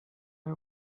her